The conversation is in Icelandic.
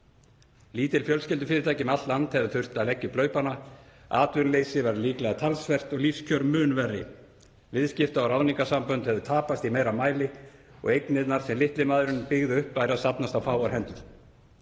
Lítil fjölskyldufyrirtæki um allt land hefðu þurft að leggja upp laupana, atvinnuleysi væri líklega talsvert og lífskjör mun verri, viðskipta- og ráðningarsambönd hefðu tapast í meira mæli og eignirnar sem litli maðurinn byggði upp væru að safnast á fárra hendur.